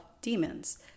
demons